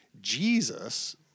Jesus